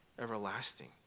everlasting